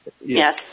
yes